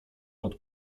pod